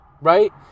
right